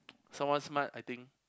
someone smart I think